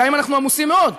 גם אם אנחנו עמוסים מאוד.